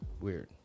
Weird